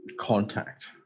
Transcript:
contact